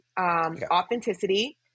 Authenticity